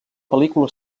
pel·lícula